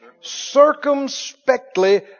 circumspectly